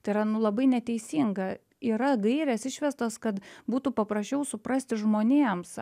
tai yra nu labai neteisinga yra gairės išvestos kad būtų paprasčiau suprasti žmonėms